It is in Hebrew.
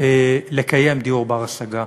לקיים דיור בר-השגה.